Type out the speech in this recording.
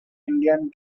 indian